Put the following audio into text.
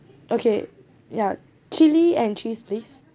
okay ya chili and cheese please